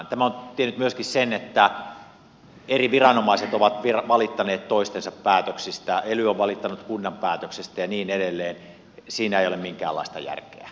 tämä on tehnyt myöskin sen että eri viranomaiset ovat valittaneet toistensa päätöksistä ely on valittanut kunnan päätöksistä ja niin edelleen siinä ei ole minkäänlaista järkeä